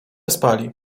spali